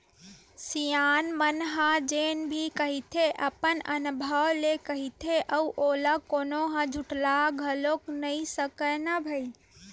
सियान मन ह जेन भी कहिथे अपन अनभव ले कहिथे अउ ओला कोनो ह झुठला घलोक नइ सकय न भई